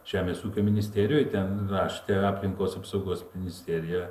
žemės ūkio ministerijoj ten rašte aplinkos apsaugos ministerija